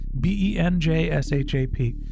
B-E-N-J-S-H-A-P